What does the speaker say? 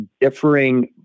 differing